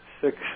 six